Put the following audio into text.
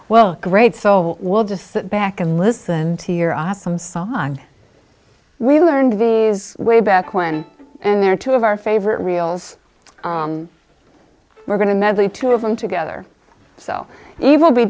well great so we'll just sit back and listen to your awesome song we learned the way back when and there are two of our favorite reels we're going to medley two of them together so evil be